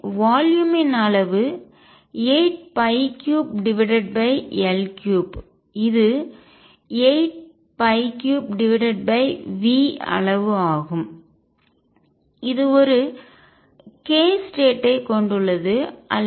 எனவே வால்யும் தொகுதி இன் அளவு 83L3 இது 83V அளவு ஆகும் இது ஒரு k ஸ்டேட் ஐ நிலை கொண்டுள்ளது